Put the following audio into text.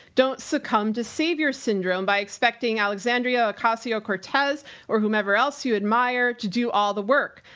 don't succumb to savior syndrome by expecting alexandria ocasio cortez or whomever else you admire to do all the work.